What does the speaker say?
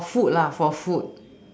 or food lah for food